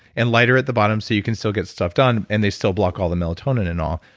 and lighter at the bottom so you can still get stuff done, and they still block all the melatonin and all.